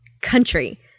country